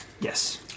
Yes